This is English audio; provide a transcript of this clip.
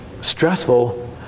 Stressful